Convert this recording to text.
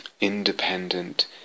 independent